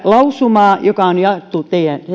lausumaa joka on jaettu